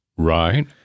Right